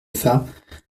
fat